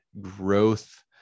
growth